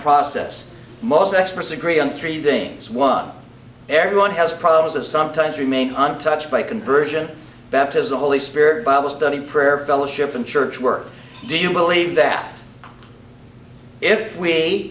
process most experts agree on three things one everyone has problems that sometimes remain untouched by conversion baptism holy spirit bible study prayer fellowship and church work do you believe that if we